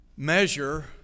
measure